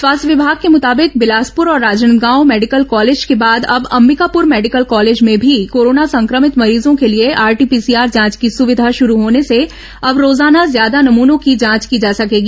स्वास्थ्य विभाग के मुताबिक बिलासपुर और राजनादगांव मेडिकल कॉलेज के बाद अब अंबिकापुर मेडिकल कॉलेज में भी कोरोना संक्रमित मरीजों के लिए आरटीपीसीआर जांच की सुविधा शुरू होने से अब रोजाना ज्यादा नमूनों की जांच की जा सकेगी